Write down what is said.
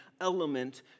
element